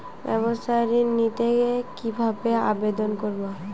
ব্যাবসা ঋণ নিতে কিভাবে আবেদন করব?